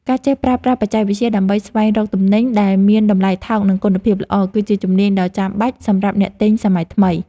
ការចេះប្រើប្រាស់បច្ចេកវិទ្យាដើម្បីស្វែងរកទំនិញដែលមានតម្លៃថោកនិងគុណភាពល្អ គឺជាជំនាញដ៏ចាំបាច់សម្រាប់អ្នកទិញសម័យថ្មី។